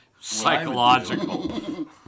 Psychological